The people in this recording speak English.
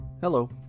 Hello